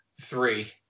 three